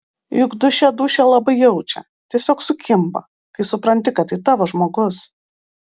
juk dūšia dūšią labai jaučia tiesiog sukimba kai supranti kad tai tavo žmogus